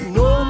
no